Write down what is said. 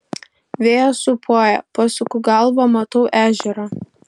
vėjas sūpuoja pasuku galvą matau ežerą